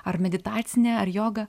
ar meditacinė ar joga